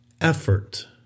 effort